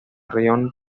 región